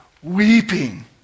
weeping